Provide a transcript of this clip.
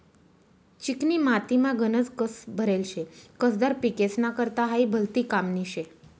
चिकनी मातीमा गनज कस भरेल शे, कसदार पिकेस्ना करता हायी भलती कामनी शे